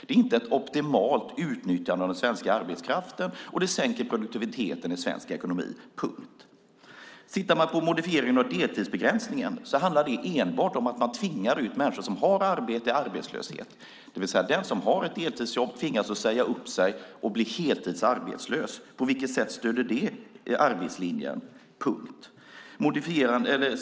Det är inte ett optimalt utnyttjande av den svenska arbetskraften, och det sänker produktiviteten i svensk ekonomi. Modifieringen av deltidsbegränsningen handlar enbart om att man tvingar ut människor som har arbete i arbetslöshet, det vill säga den som har ett deltidsjobb tvingas säga upp sig och bli heltidsarbetslös. På vilket sätt stöder det arbetslinjen?